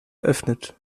eröffnet